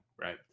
right